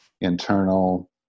internal